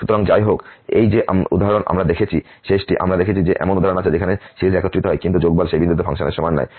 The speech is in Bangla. সুতরাং যাই হোক এই যে উদাহরণ আমরা দেখেছি শেষটি আমরা দেখেছি যে এমন উদাহরণ আছে যেখানে সিরিজ একত্রিত হয় কিন্তু যোগফল সেই বিন্দুতে ফাংশনের সমান নয়